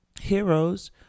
heroes